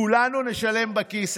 כולנו נשלם בכיס.